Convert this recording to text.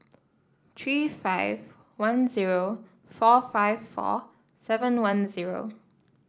three five one zero four five four seven one zero